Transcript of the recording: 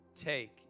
Take